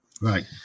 Right